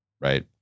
right